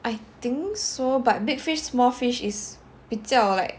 I think so but Big Fish Small Fish is 比较 like